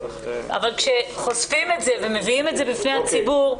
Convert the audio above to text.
אבל כשחושפים את זה ומביאים את זה בפני הציבור,